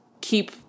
keep